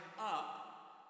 up